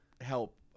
help